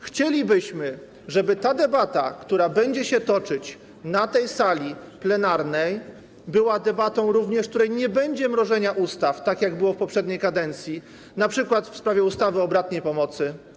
Chcielibyśmy, żeby debata, która będzie się toczyć na sali plenarnej, była również debatą, podczas której nie będzie mrożenia ustaw, tak jak było w poprzedniej kadencji np. w przypadku ustawy o bratniej pomocy.